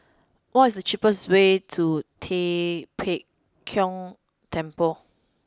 what is the cheapest way to Tua Pek Kong Temple